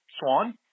Swan